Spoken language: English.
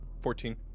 fourteen